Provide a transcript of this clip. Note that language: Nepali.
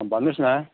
भन्नुहोस् न